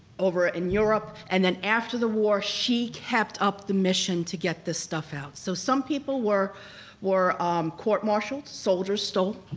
over in europe, and then after the war she kept up the mission to get this stuff out. so some people were were court marshaled. soldiers stole,